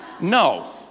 No